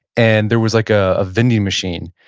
and there was like ah a vending machine.